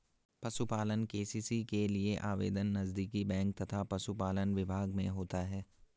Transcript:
पशुपालन के.सी.सी के लिए आवेदन नजदीकी बैंक तथा पशुपालन विभाग में होता है